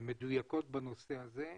מדויקות בנושא הזה.